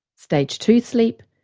stage two sleep,